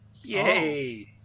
Yay